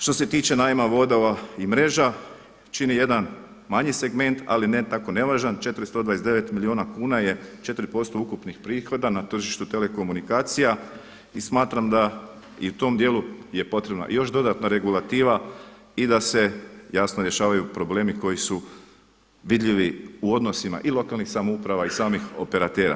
Što se tiče najma vodova i mreža čini jedan manji segment ali ne tako nevažan 429 milijuna kuna je 4% ukupnih prihoda na tržištu telekomunikacija i smatram da je i u tom dijelu potrebna još dodatna regulativa i da se jasno rješavaju problemi koji su vidljivi u odnosima i lokalnih samouprava i samih operatera.